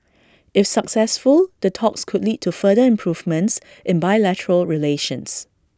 if successful the talks could lead to further improvements in bilateral relations